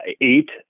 eight